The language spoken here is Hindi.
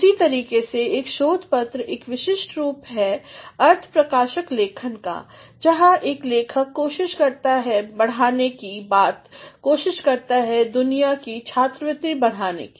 उसी तरीके से एक शोध पत्र एक विशिष्ट रूप है अर्थप्रकाशक लेखन का जहाँ एक लेखक कोशिश करता है बढ़ाने की कोशिश करता है दुनिया कीछात्रवृतिबढ़ाने की